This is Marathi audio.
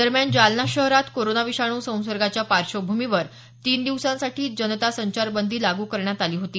दरम्यान जालना शहरात कोरोना विषाणू संसर्गाच्या पार्श्वभूमीवर तीन दिवसांसाठी जनता संचारबंदी लागू करण्यात आली होती